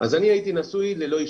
אז אני הייתי נשוי ללא אישה.